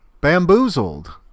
bamboozled